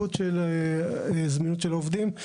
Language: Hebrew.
ולחשיבות הזמינות של העובדים.